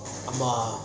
!wah!